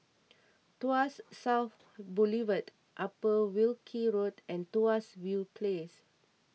Tuas South Boulevard Upper Wilkie Road and Tuas View Place